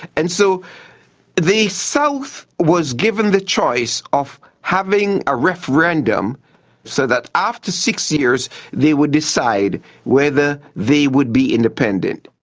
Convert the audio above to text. and so the south was given the choice of having a referendum so that after six years they would decide whether they would be independent.